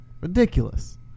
ridiculous